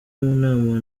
nama